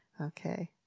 Okay